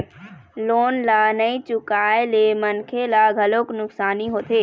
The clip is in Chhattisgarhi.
लोन ल नइ चुकाए ले मनखे ल घलोक नुकसानी होथे